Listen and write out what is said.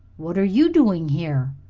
what are you doing here?